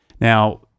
now